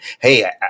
Hey